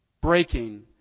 breaking